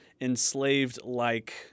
enslaved-like